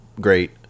great